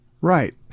Right